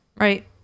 Right